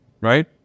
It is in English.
right